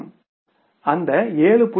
எனவே அந்த 7